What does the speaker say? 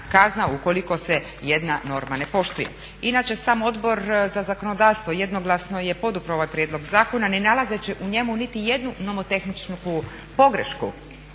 kazna ukoliko se jedna norma ne poštuje. Inače sam Odbor za zakonodavstvo jednoglasno je podupro ovaj prijedlog zakona ne nalazeći u njemu nitijednu nomotehničku pogrešku